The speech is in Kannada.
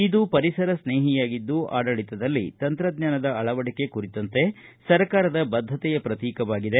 ಇದು ಪರಿಸರ ಸ್ನೇಹಿಯಾಗಿದ್ದು ಆಡಳತದಲ್ಲಿ ತಂತ್ರಜ್ಞಾನದ ಅಳವಡಿಕೆ ಕುರಿತಂತೆ ಸರ್ಕಾರದ ಬದ್ಧತೆಯ ಪ್ರತೀಕವಾಗಿದೆ